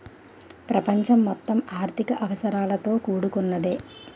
ప్రపంచం మొత్తం ఆర్థిక అవసరాలతో కూడుకున్నదే